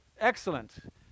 Excellent